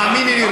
האמיני לי,